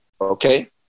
okay